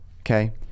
okay